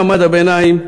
מעמד הביניים,